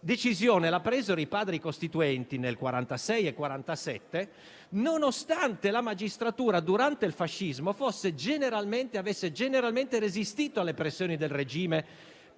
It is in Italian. decisione la presero i Padri costituenti nel 1946, nonostante la magistratura, durante il fascismo, avesse generalmente resistito alle pressioni del regime